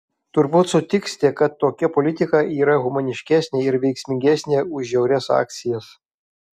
turbūt sutiksite kad tokia politika yra humaniškesnė ir veiksmingesnė už žiaurias akcijas